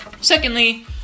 secondly